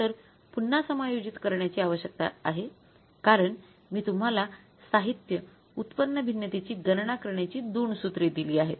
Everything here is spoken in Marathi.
तर पुन्हा समायोजित करण्याची आवश्यकता आहे कारण मी तुम्हाला साहित्य उत्पन्न भिन्नतेची गणना करण्याची २ सूत्रे दिली आहेत